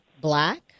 Black